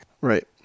Right